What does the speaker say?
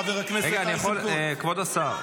חבר הכנסת איזנקוט --- כבוד השר,